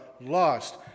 lost